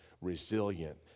resilient